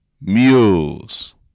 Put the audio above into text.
Mules